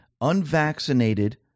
Unvaccinated